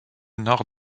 nord